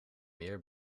meer